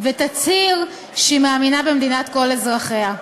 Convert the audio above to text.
ותצהיר שהיא מאמינה במדינת כל אזרחיה.